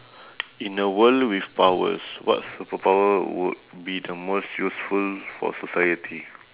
in a world with powers what superpower would be the most useful for society